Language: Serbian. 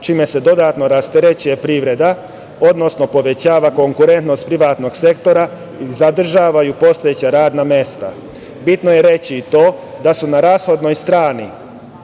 čime se dodatno rasterećuje privreda, odnosno povećava konkurentnost privatnog sektora, zadržavaju postojeća radna mesta. Bitno je reći i to, da su na rashodnoj strani